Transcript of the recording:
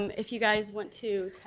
um if you guys want to